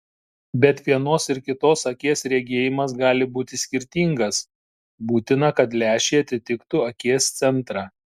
bet vienos ir kitos akies regėjimas gali būti skirtingas būtina kad lęšiai atitiktų akies centrą